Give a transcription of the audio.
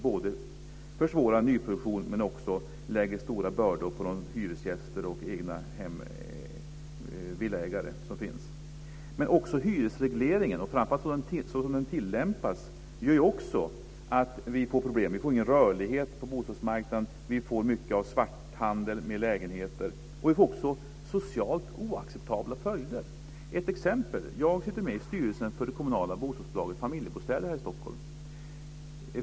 Den försvårar nyproduktionen och lägger stora bördor på hyresgäster och villaägare. Hyresregleringen, som den tillämpas, gör också att vi får problem. Vi får ingen rörlighet på bostadsmarknaden. Vi får svarthandel med lägenheter, och vi får socialt oacceptabla följder. Låt mig ge ett exempel. Jag sitter med i styrelsen för det kommunala bostadsbolaget Familjebostäder här i Stockholm.